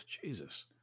Jesus